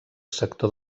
sector